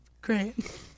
great